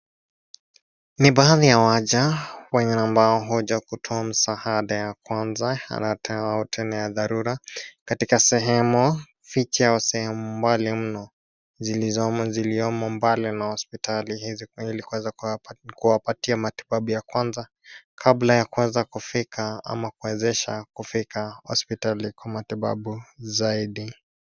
Ni baadhi ya waja wengine ambao huja kutoa msaada ya kwanza au tena ya dharura, katika sehemu fiche au sehemu mbali mno ziliomo mbali na hospitali ili kuweza kuwapatia matibabu ya kwanza, kabla ya kuanza kufika ama kuwezesha kufika hospitali kwa matibabu zaidi.